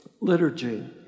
liturgy